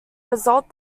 result